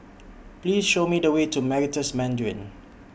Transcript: Please Show Me The Way to Meritus Mandarin